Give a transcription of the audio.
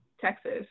Texas